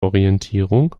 orientierung